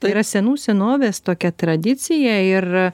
tai yra senų senovės tokia tradicija ir a